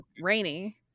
rainy